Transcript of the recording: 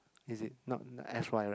is it not not S_Y right